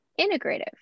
integrative